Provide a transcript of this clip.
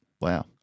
Wow